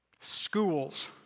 schools